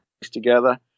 together